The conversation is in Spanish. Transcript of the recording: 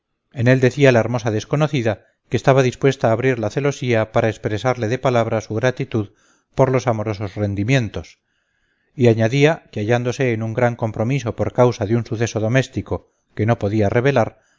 en él decía la hermosa desconocida que estaba dispuesta a abrir la celosía para expresarle de palabra su gratitud por los amorosos rendimientos y añadía que hallándose en un gran compromiso por causa de un suceso doméstico que no podía revelar